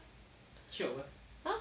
!huh!